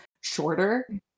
shorter